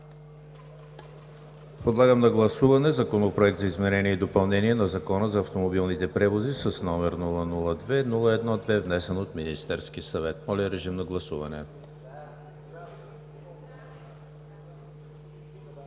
Подлагам на гласуване Законопроект за изменение и допълнение на Закона за автомобилните превози с № 002-01-2, внесен от Министерския съвет. Гласували